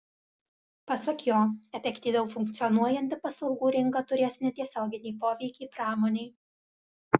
pasak jo efektyviau funkcionuojanti paslaugų rinka turės netiesioginį poveikį pramonei